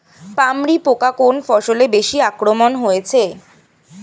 পামরি পোকা কোন ফসলে বেশি আক্রমণ হয়েছে?